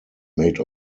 made